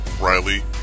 Riley